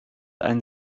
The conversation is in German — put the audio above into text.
einen